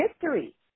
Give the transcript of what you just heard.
history